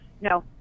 no